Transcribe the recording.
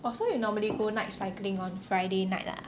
!wah! so you normally go night cycling on friday night lah